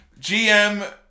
gm